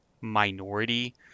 minority